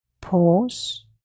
Pause